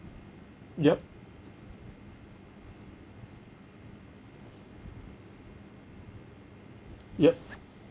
yup yup